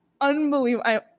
unbelievable